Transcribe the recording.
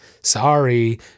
Sorry